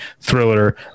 thriller